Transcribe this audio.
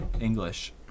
English